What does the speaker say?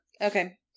okay